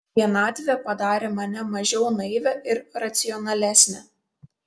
vienatvė padarė mane mažiau naivią ir racionalesnę